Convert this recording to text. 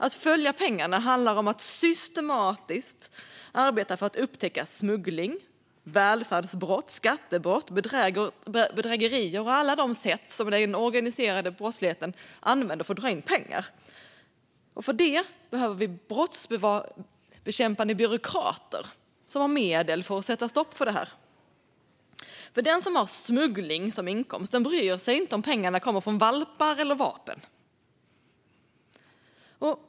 Att följa pengarna handlar om att systematiskt arbeta för att upptäcka smuggling, välfärdsbrott, skattebrott, bedrägerier och alla de sätt som den organiserade brottsligheten använder för att dra in pengar. För detta behöver vi brottsbekämpande byråkrater som har medel för att sätta stopp för det här. Den som har smuggling som inkomst bryr sig inte om huruvida pengarna kommer från valpar eller vapen.